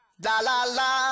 La-la-la